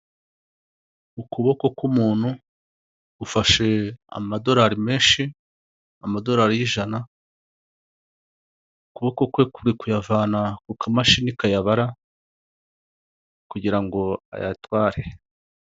Uyu ni umuhanda wa kaburimbo ugendwamo mu byerekezo byombi, harimo imodoka nini iri kugenda ifite irange ry'umweru.